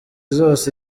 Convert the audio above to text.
zose